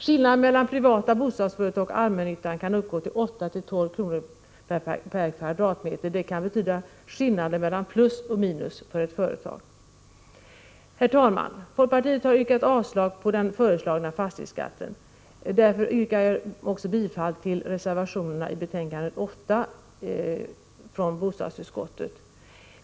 Skillnaden mellan privata bostadsföretag och allmännyttan kan uppgå till 8-12 kr/m?. Det kan betyda skillnaden mellan plus och minus för ett företag. Herr talman! Folkpartiet har yrkat avslag på den föreslagna fastighetsskatten. Därför yrkar jag nu bifall till reservationerna i betänkandet 8 från bostadsutskottet.